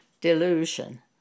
delusion